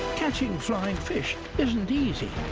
catching flying fish isn't easy.